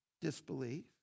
disbelief